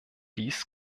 dies